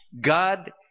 God